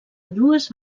dues